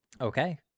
Okay